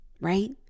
right